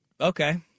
Okay